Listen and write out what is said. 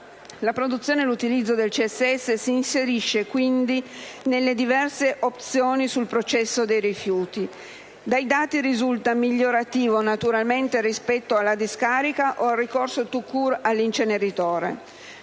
La produzione e l'utilizzo del CSS si inseriscono quindi nelle diverse opzioni sul processo dei rifiuti. Dai dati risulta migliorativo naturalmente rispetto alla discarica o al ricorso *tout court* all'inceneritore;